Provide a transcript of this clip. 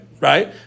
right